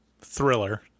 Thriller